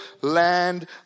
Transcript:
land